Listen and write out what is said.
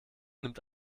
nimmt